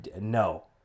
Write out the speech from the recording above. No